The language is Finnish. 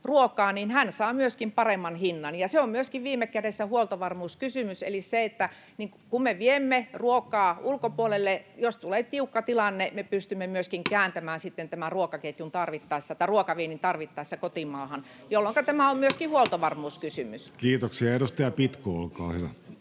ruokaa, saa myöskin paremman hinnan. Se on viime kädessä myöskin huoltovarmuuskysymys. Eli kun me viemme ruokaa ulkopuolelle, jos tulee tiukka tilanne, me pystymme myöskin kääntämään sitten tämän ruokaviennin tarvittaessa kotimaahan, jolloinka tämä on myöskin huoltovarmuuskysymys. Kiitoksia. — Edustaja Pitko, olkaa hyvä.